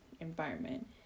environment